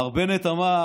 מר בנט אמר